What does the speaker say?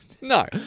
No